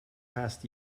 past